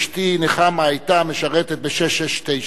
אשתי נחמה היתה משרתת ב-669,